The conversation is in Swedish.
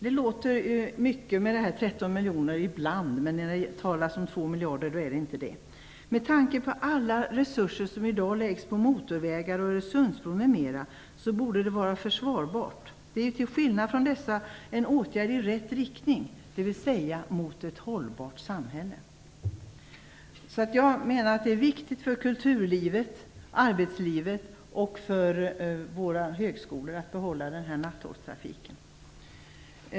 Det låter mycket med 13 miljoner ibland, men när det talas om 2 miljarder är det inte det. Med tanke på alla resurser som i dag läggs på motorvägar, Öresundsbro, m.m. borde det vara försvarbart. Det är till skillnad från dessa en åtgärd i rätt riktning, dvs. mot ett hållbart samhälle. Jag menar att det är viktigt för kulturlivet, arbetslivet och för våra högskolor att behålla denna nattågstrafik.